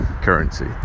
Currency